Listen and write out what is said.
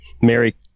Mary